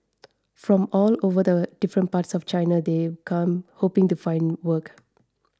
from all over the different parts of China they'd come hoping to find work